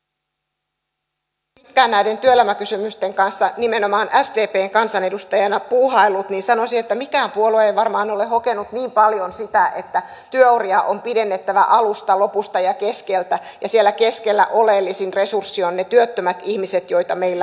kun olen pitkään näiden työelämäkysymysten kanssa nimenomaan sdpn kansanedustajana puuhaillut niin sanoisin että mikään puolue ei varmaan ole hokenut niin paljon sitä että työuria on pidennettävä alusta lopusta ja keskeltä ja siellä keskellä oleellisin resurssi ovat ne työttömät ihmiset joita meillä on